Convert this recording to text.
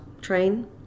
train